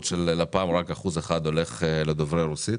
של לפ"מ רק אחוז אחד הולך לדוברי רוסית.